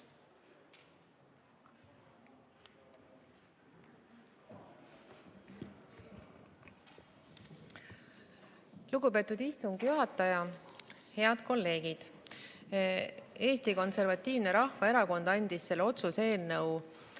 Lugupeetud istungi juhataja! Head kolleegid! Eesti Konservatiivne Rahvaerakond andis selle otsuse eelnõu